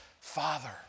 Father